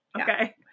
okay